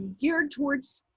geared towards